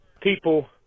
people